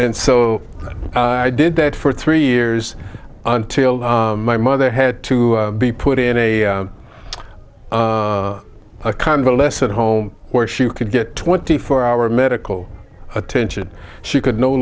and so i did that for three years until my mother had to be put in a convalescent home where she could get twenty four hour medical attention she could no